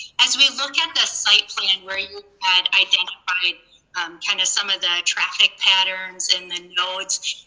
as we look at the site plan where you had identified kind of some of the traffic patterns and then nodes,